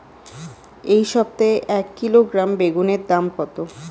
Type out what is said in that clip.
এই সপ্তাহে এক কিলোগ্রাম বেগুন এর দাম কত?